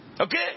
Okay